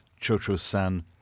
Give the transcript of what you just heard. Chocho-san